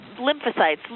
lymphocytes